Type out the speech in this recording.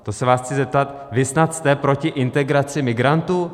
To se vás chci zeptat: Vy snad jste proti integraci migrantů?